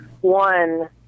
One